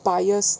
bias